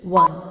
one